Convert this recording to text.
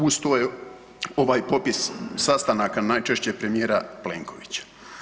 Uz to je ovaj popis sastanaka najčešće premijera Plenkovića.